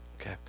okay